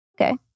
Okay